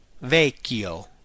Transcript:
vecchio